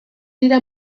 dira